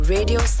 Radio